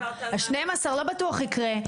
ה-12% לא בטוח יקרה,